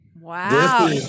Wow